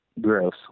gross